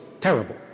Terrible